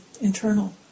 internal